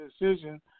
decision